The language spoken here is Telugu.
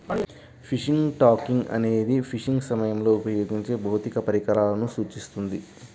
ఫిషింగ్ టాకిల్ అనేది ఫిషింగ్ సమయంలో ఉపయోగించే భౌతిక పరికరాలను సూచిస్తుంది